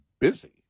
busy